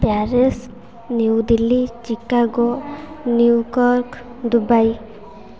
Paris New Delhi Chicago New York Dubai